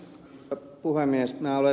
minä olen ed